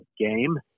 game